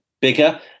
bigger